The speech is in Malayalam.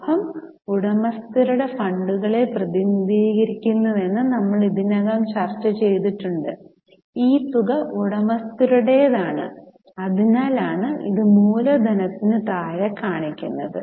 ലാഭം ഉടമസ്ഥരുടെ ഫണ്ടുകളെ പ്രതിനിധീകരിക്കുന്നുവെന്ന് ഞങ്ങൾ ഇതിനകം ചർച്ചചെയ്തിട്ടുണ്ട് ഈ തുക ഉടമസ്ഥരുടേതാണ് അതിനാലാണ് ഇത് മൂലധനത്തിന് താഴെ കാണിക്കുന്നത്